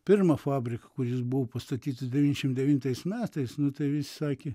pirmą fabriką kuris buvo pastatytas devyniasdešimt devintais metais nu tai visi sakė